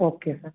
okay sir